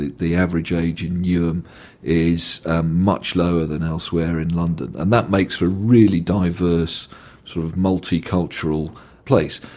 the the average age in newham is ah much lower than elsewhere in london, and that makes for a really diverse sort of multicultural place.